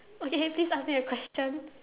okay please ask me a question